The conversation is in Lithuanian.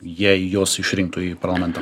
jei juos išrinktų į parlamentą